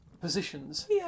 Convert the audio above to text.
positions